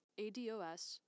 ADOS